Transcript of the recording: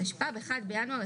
הוראות סעיף 9(5)(א1) כנוסחו בחוק זה.